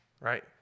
right